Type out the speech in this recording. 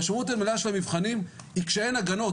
המשמעות המלאה של המבחנים היא כשאין הגנות,